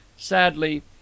sadly